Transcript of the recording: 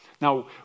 Now